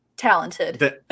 talented